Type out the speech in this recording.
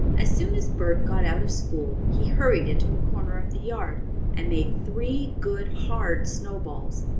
as soon as bert got out of school he hurried into a corner of the yard and made three good, hard snowballs.